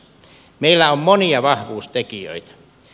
meillä on monia vahvuustekijöitä